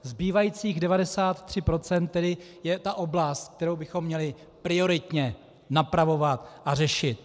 Zbývajících 93 % je ta oblast, kterou bychom měli prioritně napravovat a řešit.